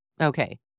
Okay